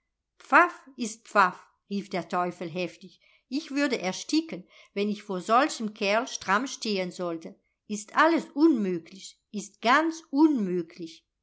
ist pfaff rief der teufel heftig ich würde ersticken wenn ich vor solchem kerl stramm stehen sollte ist alles unmöglich ist ganz unmöglich